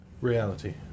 reality